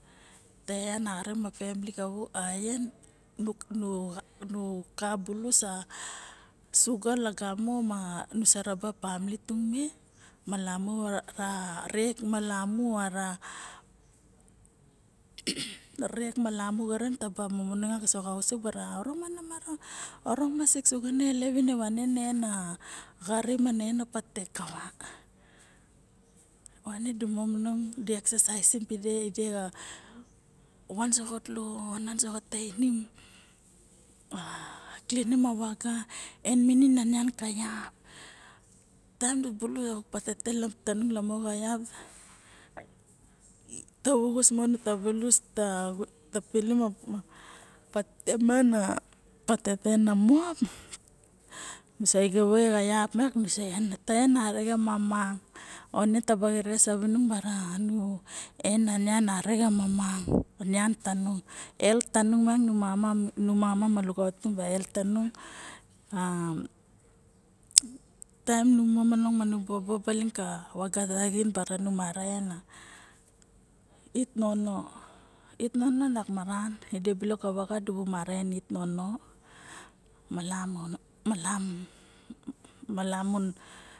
Ta en arixen ma family xa vuvu ma axien nu ka bulus a suga lagamo ma nu sa raba family tung me malamu xa ra rek malamu xaren nu sa van so xausit bara orong ma na maro bara sik suga na ilep ine wane na en a xary ma na en a patete kava wane di momong di exaisim kava van soxatlu vanso xa tainim ma klinim a vaga en minin nian ka vap tae m diabulus patete lamo xa vak xa vap nosa en arixen ma mang one taba xerexes savingung bara ena nian arixen ma mang nian tanung health tanung miang nu mama me ma health tanung taem ne momonong ma nu bobo baling ka vaga tung bara nu mara en a ait nono it nong lok maran de bulok ka vaga dibu mara en a ait nono ma lamun